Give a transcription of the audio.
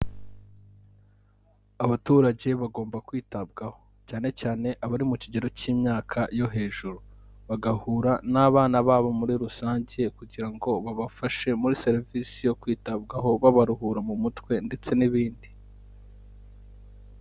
Abaturage bagomba kwitabwaho cyane cyane abari mu kigero cy'imyaka yo hejuru, bagahura n'abana babo muri rusange kugira ngo babafashe muri serivisi yo kwitabwaho, babaruhura mu mutwe ndetse n'ibindi.